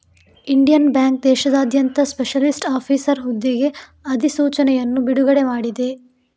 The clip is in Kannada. ಇಂಡಿಯನ್ ಬ್ಯಾಂಕ್ ದೇಶಾದ್ಯಂತ ಸ್ಪೆಷಲಿಸ್ಟ್ ಆಫೀಸರ್ ಹುದ್ದೆಗೆ ಅಧಿಸೂಚನೆಯನ್ನು ಬಿಡುಗಡೆ ಮಾಡಿದೆ